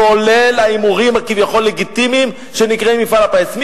כולל ההימורים הכביכול לגיטימיים שנקראים מפעל הפיס.